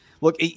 look –